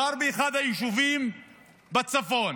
גר באחד הישובים בצפון.